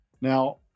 now